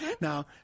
Now